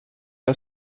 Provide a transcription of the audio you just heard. der